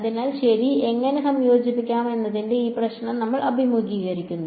അതിനാൽ ശരി എങ്ങനെ സംയോജിപ്പിക്കാം എന്നതിന്റെ ഈ പ്രശ്നം നിങ്ങൾ അഭിമുഖീകരിക്കുന്നു